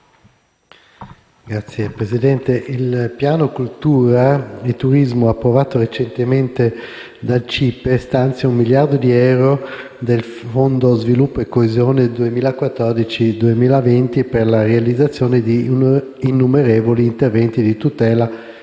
Signora Presidente, il piano cultura e turismo approvato recentemente dal CIPE stanzia 1 miliardo di euro del Fondo sviluppo e coesione 2014-2020 per la realizzazione di innumerevoli interventi di tutela e